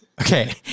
Okay